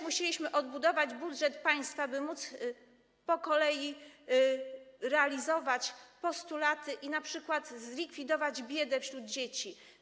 Musieliśmy też odbudować budżet państwa, by móc po kolei realizować postulaty i np. zlikwidować biedę wśród dzieci.